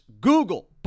google